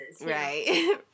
Right